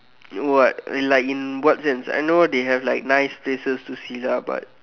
what like in what sense I know they have nice places to see lah but